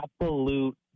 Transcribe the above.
absolute